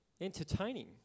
entertaining